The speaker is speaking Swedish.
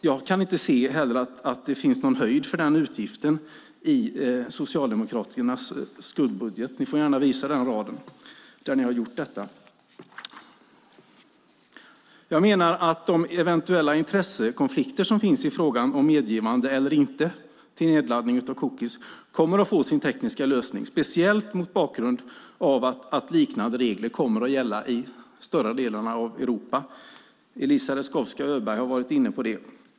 Jag kan inte heller se att det finns någon höjd för den utgiften i Socialdemokraternas skuggbudget. Ni får gärna visa den rad där ni har tagit upp den. Jag menar att de eventuella intressekonflikter som finns i fråga om medgivande eller inte till nedladdning av cookies kommer att få sin tekniska lösning, speciellt mot bakgrund av att liknande regler kommer att gälla i större delen av Europa. Eliza Roszkowska Öberg har varit inne på det.